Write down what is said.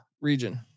region